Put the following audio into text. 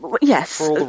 Yes